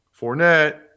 Fournette